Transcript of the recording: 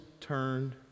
turned